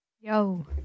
Yo